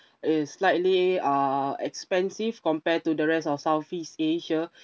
a slightly uh expensive compared to the rest of southeast asia